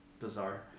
bizarre